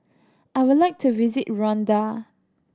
I would like to visit Rwanda